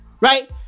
Right